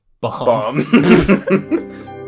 Bomb